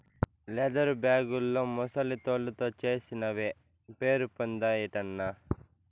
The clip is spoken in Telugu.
లెదరు బేగుల్లో ముసలి తోలుతో చేసినవే పేరుపొందాయటన్నా